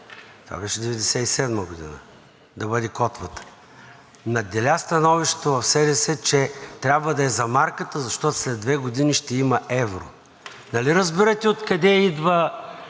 това беше 1997 г., да бъде котвата. Надделя становището в СДС, че трябва да е за марката, защото след две години ще има евро. Нали разбирате откъде идва